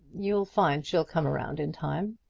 you'll find she'll come round in time.